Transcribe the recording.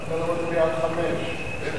בעד,